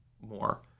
more